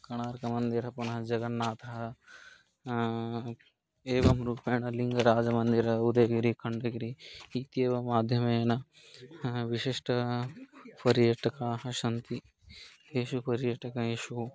कोणार्कमन्दिरं पुनः जगन्नाथः एवं रूपेण लिङ्गराजमन्दिरम् उदयगिरिः कण्डगिरिः इत्येवं माध्यमेन हा विशिष्टाः पर्यटकाः सन्ति येषु पर्यटकेषु